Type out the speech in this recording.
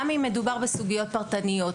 גם אם מדובר בסוגיות פרטניות.